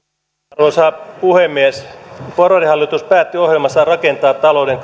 arvoisa puhemies porvarihallitus päätti ohjelmassaan rakentaa talouden